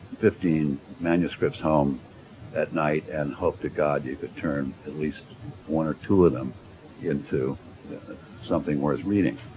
fifteen manuscripts home at night and hope to god you could turn at least one or two of them into something worth reading.